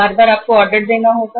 बार बार आपको जगह देनी होगी